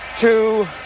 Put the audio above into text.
two